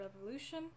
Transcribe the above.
Revolution